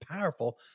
powerful